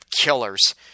killers